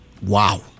wow